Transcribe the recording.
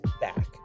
back